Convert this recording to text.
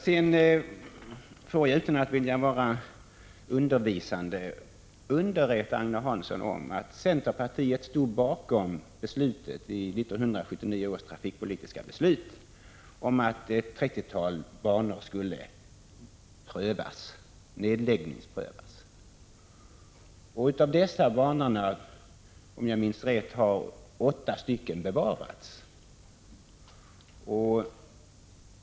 Sedan vill jag, utan att vara undervisande, underrätta Agne Hansson om att centerpartiet stod bakom 1979 års trafikpolitiska beslut om att ett trettiotal banor skulle nedläggningsprövas. Av dessa banor har, om jag minns rätt, åtta bevarats.